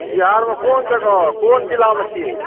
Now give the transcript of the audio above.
बिहारमे कोन जगह कोन जिलामे छिए